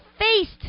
faced